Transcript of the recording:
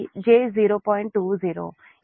20 ఇక్కడ కూడా j 0